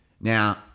Now